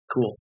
Cool